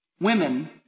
Women